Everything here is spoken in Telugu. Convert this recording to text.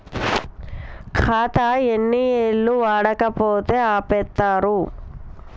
ఖాతా ఎన్ని ఏళ్లు వాడకపోతే ఆపేత్తరు?